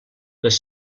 les